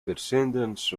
percentage